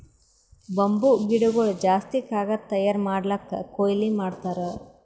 bamboo ಗಿಡಗೊಳ್ ಜಾಸ್ತಿ ಕಾಗದ್ ತಯಾರ್ ಮಾಡ್ಲಕ್ಕೆ ಕೊಯ್ಲಿ ಮಾಡ್ತಾರ್